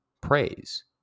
praise